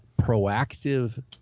proactive